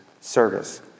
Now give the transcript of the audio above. service